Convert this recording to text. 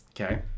okay